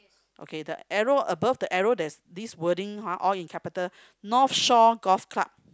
okay the arrow above the arrow there's this wording !huh! all in capital North show golf club